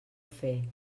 fer